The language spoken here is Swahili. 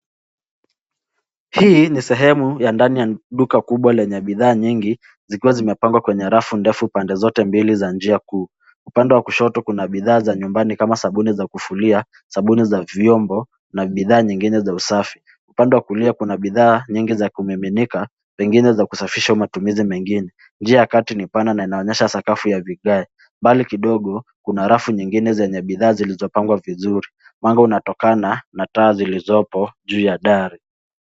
Hii ni sehemu ya ndani ya duka kubwa lenye bidhaa nyingi zikiwa zimepangwa kwenye rafu ndefu pande zote mbili za njia kuu. Upande wa kushoto kuna bidhaa za nyumbani kama sabuni za kufulia, sabuni za vyombo, na bidhaa nyingine za usafi. Upande wa kulia kuna bidhaa nyingi za kumiminika zingine za kusafisha matumizi mengine. Njia ya kati ni pana na inaonyesha sakafu ya vigae. Mbali kidogo kuna rafu nyingine zenye bidhaa zilizopangwa vizuri. Mwanga unatokana na taa zilizopo juu ya dari.